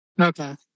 Okay